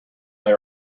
they